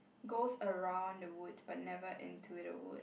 goes around the wood but never into the wood